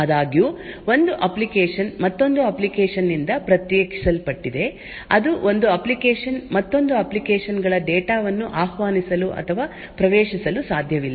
ಆದಾಗ್ಯೂ ಒಂದು ಅಪ್ಲಿಕೇಶನ್ ಮತ್ತೊಂದು ಅಪ್ಲಿಕೇಶನ್ ನಿಂದ ಪ್ರತ್ಯೇಕಿಸಲ್ಪಟ್ಟಿದೆ ಅದು ಒಂದು ಅಪ್ಲಿಕೇಶನ್ ಮತ್ತೊಂದು ಅಪ್ಲಿಕೇಶನ್ ಗಳ ಡೇಟಾ ವನ್ನು ಆಹ್ವಾನಿಸಲು ಅಥವಾ ಪ್ರವೇಶಿಸಲು ಸಾಧ್ಯವಿಲ್ಲ